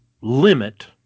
limit